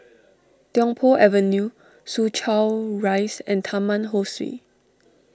Tiong Poh Avenue Soo Chow Rise and Taman Ho Swee